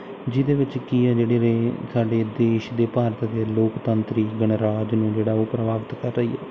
ਜਿਹਦੇ ਵਿੱਚ ਕੀ ਹੈ ਜਿਹੜੇ ਸਾਡੇ ਦੇਸ਼ ਦੇ ਭਾਰਤ ਦੇ ਲੋਕਤੰਤਰੀ ਗਣਰਾਜ ਨੇ ਜਿਹੜਾ ਉਹ ਪ੍ਰਭਾਵਿਤ ਕਰ ਰਹੀ ਆ